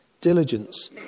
diligence